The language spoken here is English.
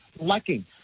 lacking